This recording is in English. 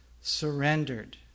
surrendered